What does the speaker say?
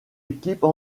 équipes